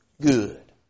good